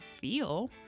feel